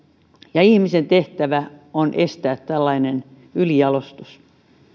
ja ihmisen tehtävä on estää tällainen ylijalostus